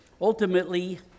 Ultimately